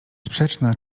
sprzeczna